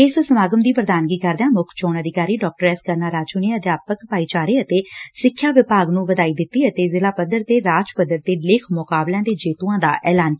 ਇਸ ਸਮਾਗਮ ਦੀ ਪ੍ਰਧਾਨਗੀ ਕਰਦਿਆਂ ਮੁੱਖ ਚੋਣ ਅਧਿਕਾਰੀ ਡਾ ਐਸ ਕੁਰਣਾ ਰਾਜੁ ਨੇ ਅਧਿਆਪਕ ਭਾਈਚਾਰੇ ਅਤੇ ਸਿੱਖਿਆ ਵਿਭਾਗ ਨੂੰ ਵਧਾਈ ਦਿੱਤੀ ਅਤੇ ਜ਼ਿਲਾ ਪੱਧਰ ਤੇ ਰਾਜ ਪੱਧਰ ਤੇ ਲੇਖ ਮੁਕਾਬਲਿਆਂ ਦੇ ਜੇਤੁਆਂ ਦਾ ਐਲਾਨ ਕੀਤਾ